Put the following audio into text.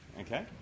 okay